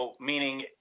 meaning